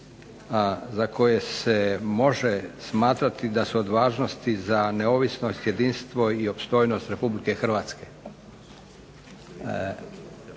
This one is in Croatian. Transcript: za koje se može smatrati da su od važnosti za neovisnost, jedinstvo i opstojnost RH. To bi uvijek